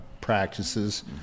practices